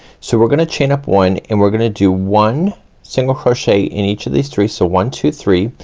so we're gonna chain up one, and we're gonna do one single crochet in each of these three. so one two three.